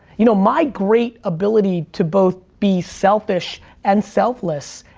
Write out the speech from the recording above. you know, my great ability to both be selfish and selfless,